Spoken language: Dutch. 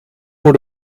voor